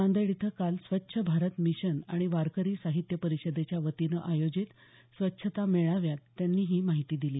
नांदेड इथं काल स्वच्छ भारत मिशन आणि वारकरी साहित्य परिषदेच्या वतीनं आयोजित स्वच्छता मेळाव्यात त्यांनी ही माहिती दिली